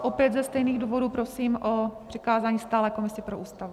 Opět ze stejných důvodů prosím o přikázání stálé komisi pro Ústavu.